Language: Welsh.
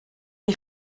neu